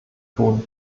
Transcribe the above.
tun